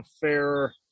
fair